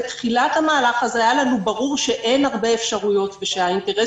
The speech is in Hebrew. בתחילת המהלך הזה היה לנו ברור שאין הרבה אפשרויות ושהאינטרס